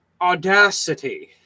audacity